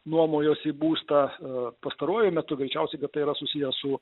nuomojosi būstą pastaruoju metu greičiausiai kad tai yra susiję su